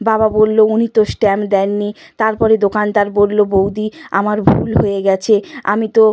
বাবা বলল উনি তো স্ট্যাম্প দেননি তার পরে দোকানদার বলল বৌদি আমার ভুল হয়ে গিয়েছে আমি তো